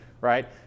Right